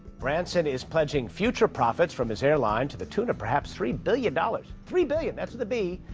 branson is pledging future profits from his airline to the tune of perhaps three billion dollars. three billion, that's with a b,